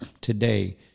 today